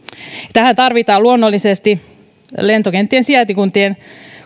tähän tarvitaan luonnollisesti lentokenttien sijaintikuntien